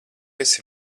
esi